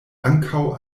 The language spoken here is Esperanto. ankaŭ